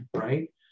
Right